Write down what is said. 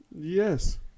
Yes